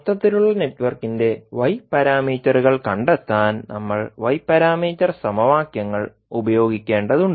മൊത്തത്തിലുള്ള നെറ്റ്വർക്കിന്റെ y പാരാമീറ്ററുകൾ കണ്ടെത്താൻ നമ്മൾ y പാരാമീറ്റർ സമവാക്യങ്ങൾ ഉപയോഗിക്കേണ്ടതുണ്ട്